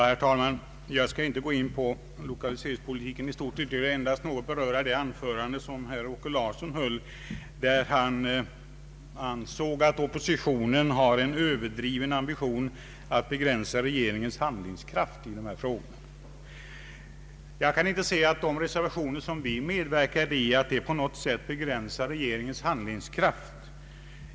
Herr talman! Jag skall inte gå in på lokaliseringspolitiken i stort utan endast något beröra det anförande som herr Åke Larsson höll. Han ansåg att oppositionen har en överdriven ambition att begränsa regeringens handlingskraft i dessa frågor. Jag kan inte se att de reservationer som vi med verkar i på något sätt begränsar regeringens handlingskraft.